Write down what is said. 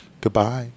Goodbye